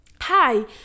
Hi